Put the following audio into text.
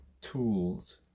tools